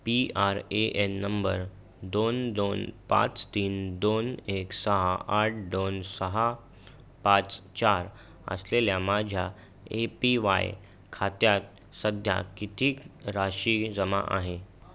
P R A N number दोन दोन पाच तीन दोन एक सहा आठ दोन सहा पाच चार असलेल्या माझ्या ए पी वाय खात्यात सध्या किती राशी जमा आहे